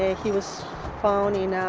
he was found in